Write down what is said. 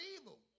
evil